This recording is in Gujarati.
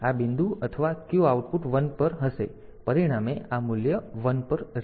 તેથી આ બિંદુ અથવા આ Q આઉટપુટ 1 પર હશે પરિણામે આ મૂલ્ય 1 પર હશે